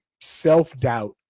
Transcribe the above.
self-doubt